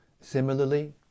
Similarly